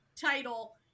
title